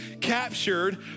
captured